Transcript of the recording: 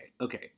Okay